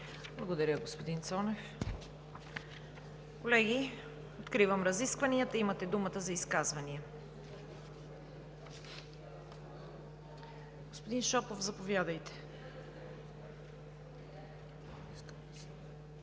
Благодаря Ви, господин Цонев. Колеги, откривам разискванията. Имате думата за изказвания. Господин Шопов, заповядайте.